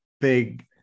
big